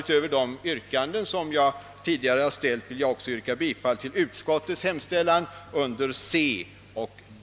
Utöver de yrkanden som jag tidigare har ställt vill jag också yrka bifall till utskottets hemställan under C och D.